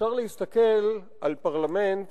אפשר להסתכל על פרלמנט